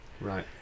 Right